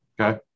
Okay